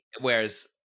Whereas